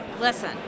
listen